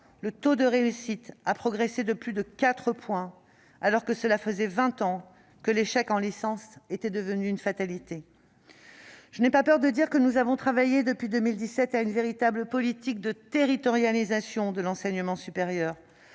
et la L2 ont progressé de plus de 4 points, alors que depuis vingt ans l'échec en licence semblait devenu une fatalité. Je n'ai pas peur de dire que nous avons travaillé, depuis 2017, à une véritable politique de territorialisation de l'enseignement supérieur,